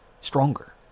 stronger